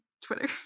Twitter